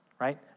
right